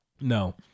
No